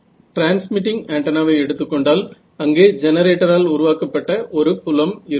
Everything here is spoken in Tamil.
ட்ரான்ஸ்மிட்டிங் ஆன்டென்னாவை எடுத்துக்கொண்டால் அங்கே ஜெனரேட்டரால் உருவாக்கப்பட்ட ஒரு புலம் இருக்கும்